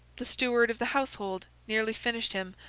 the steward of the household, nearly finished him,